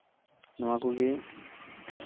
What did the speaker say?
ᱱᱚᱣᱟ ᱠᱚᱜᱮ